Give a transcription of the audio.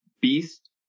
beast